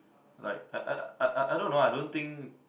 like I I I I don't know I don't think